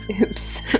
Oops